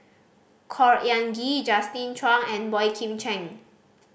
Khor Ean Ghee Justin Zhuang and Boey Kim Cheng